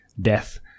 death